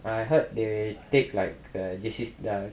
I heard they take like err J_C